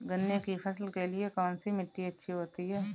गन्ने की फसल के लिए कौनसी मिट्टी अच्छी होती है?